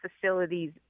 facilities